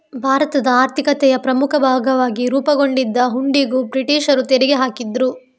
ಭಾರತದ ಆರ್ಥಿಕತೆಯ ಪ್ರಮುಖ ಭಾಗವಾಗಿ ರೂಪುಗೊಂಡಿದ್ದ ಹುಂಡಿಗೂ ಬ್ರಿಟೀಷರು ತೆರಿಗೆ ಹಾಕಿದ್ರು